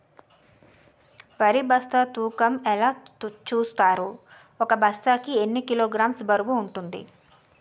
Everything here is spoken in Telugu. వరి బస్తా తూకం ఎలా చూస్తారు? ఒక బస్తా కి ఎన్ని కిలోగ్రామ్స్ బరువు వుంటుంది?